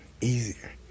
easier